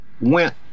went